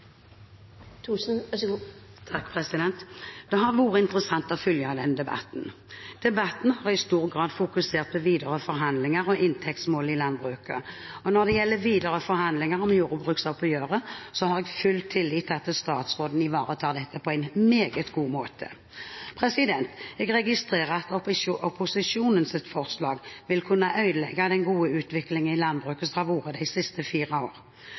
Det har vært interessant å følge denne debatten. Debatten har i stor grad fokusert på videre forhandlinger og inntektsmålet i landbruket. Når det gjelder videre forhandlinger om jordbruksoppgjøret, har jeg full tillit til at statsråden ivaretar dette på en meget god måte. Jeg registrerer at opposisjonens forslag vil kunne ødelegge den gode utviklingen som har vært i landbruket de siste fire år.